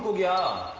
go